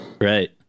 right